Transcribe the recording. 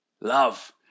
love